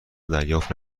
دریافت